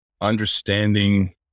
understanding